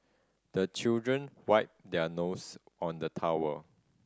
the children wipe their nose on the towel